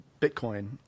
Bitcoin